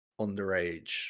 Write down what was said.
underage